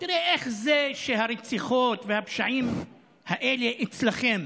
תראה, איך זה שהרציחות והפשעים האלה אצלכם,